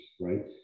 right